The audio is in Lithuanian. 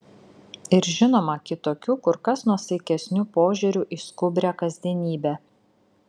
ir žinoma kitokiu kur kas nuosaikesniu požiūriu į skubrią kasdienybę